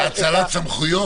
זה בדין.